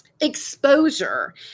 exposure